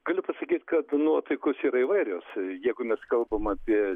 galiu pasakyt kad nuotaikos yra įvairios jeigu mes kalbam apie